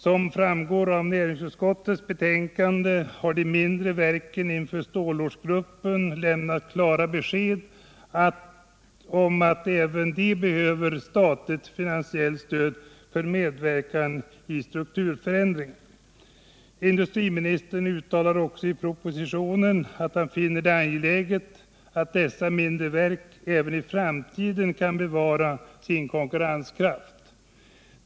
Såsom framgår av näringsutskottets betänkande har de mindre verken inför stålortsgruppen lämnat klara besked om att även de behöver statligt finansierat stöd för sin medverkan i strukturförändringen. Industriministern uttalade i propositionen att han finner det angeläget att dessa mindre stålverk även i framtiden kan bevara sin konkurrenskraft.